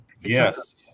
yes